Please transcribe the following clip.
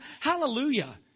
hallelujah